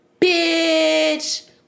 bitch